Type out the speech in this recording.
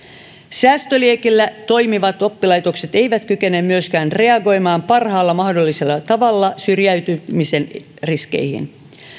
säästöliekillä toimivat oppilaitokset eivät kykene myöskään reagoimaan parhaalla mahdollisella tavalla syrjäytymisen riskeihin